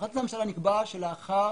בהחלטת הממשלה נקבע שלאחר